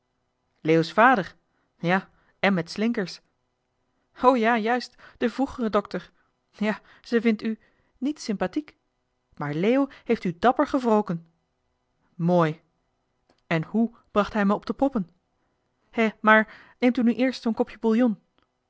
neef leo's vader ja en met slinkers o ja juist de vregere dokter ja zij vindt u niet sympathiek maar leo heeft u dapper gewroken mooi en he bracht hij me op de proppen hè maar neemt u nu eerst zoo'n kopje